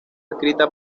escrita